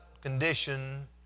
condition